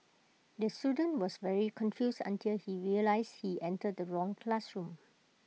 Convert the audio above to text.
the student was very confused until he realised he entered the wrong classroom